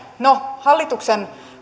no nyt hallituksen